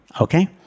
Okay